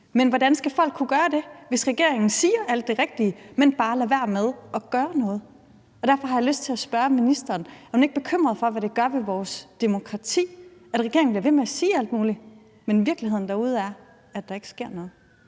men hvordan skal folk kunne gøre det, hvis regeringen siger alt det rigtige, men bare lader være med at gøre noget? Derfor har jeg lyst til at spørge ministeren, om hun ikke er bekymret for, hvad det gør ved vores demokrati, at regeringen bliver ved med at sige alt muligt, men at virkeligheden derude er, at der ikke sker noget.